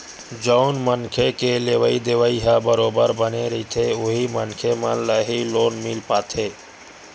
जउन मनखे के लेवइ देवइ ह बरोबर बने रहिथे उही मनखे मन ल ही लोन मिल पाथे